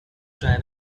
try